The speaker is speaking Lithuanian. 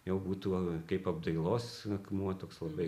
jau būtų kaip apdailos akmuo toks labai